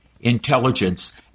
intelligence